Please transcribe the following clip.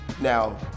Now